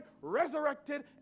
resurrected